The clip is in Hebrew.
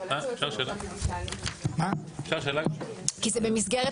אבל איך הוא יוצא --- כי זה במסגרת